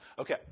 Okay